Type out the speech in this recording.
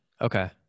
okay